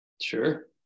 Sure